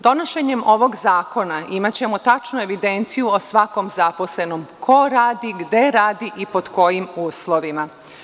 Donošenjem ovog zakona imaćemo tačnu evidenciju o svakom zaposlenom, ko radi, gde radi i pod kojim uslovima.